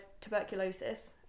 tuberculosis